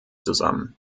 zusammen